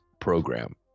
program